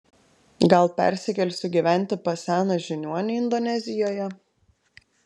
gal persikelsiu gyventi pas seną žiniuonį indonezijoje